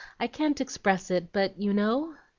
i can't express it, but you know?